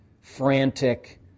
frantic